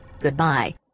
Goodbye